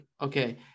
okay